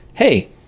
hey